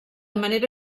manera